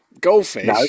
Goldfish